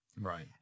Right